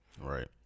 Right